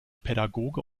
pädagoge